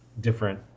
different